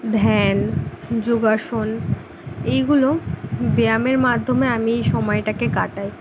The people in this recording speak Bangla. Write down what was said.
ধ্যান যোগাসন এইগুলো ব্যায়ামের মাধ্যমে আমি এই সমায়টাকে কাটাই